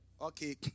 Okay